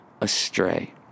astray